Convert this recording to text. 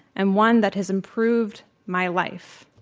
and one that has improved my life.